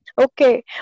Okay